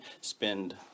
spend